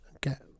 get